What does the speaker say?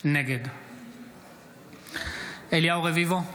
נגד אליהו רביבו,